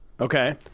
Okay